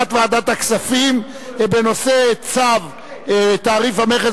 ועדת הכספים בדבר ביטול צו תעריף המכס